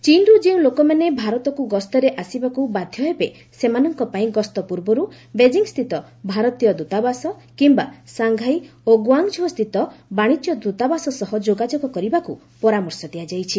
ଚୀନ୍ରୁ ଯେଉଁ ଲୋକମାନେ ଭାରତକୁ ଗସ୍ତରେ ଆସିବାକୁ ବାଧ୍ୟ ହେବେ ସେମାନଙ୍କ ପାଇଁ ଗସ୍ତ ପୂର୍ବରୁ ବେଜିଂସ୍କିତ ଭାରତୀୟ ଦୃତାବାସ କିମ୍ବା ସାଂଘାଇ ଓ ଗୁଆଙ୍ଗଝୋସ୍ଥିତ ବାଶିଜ୍ୟ ଦୃତାବାସ ସହ ଯୋଗାଯୋଗ କରିବାକୁ ପରାମର୍ଶ ଦିଆଯାଇଛି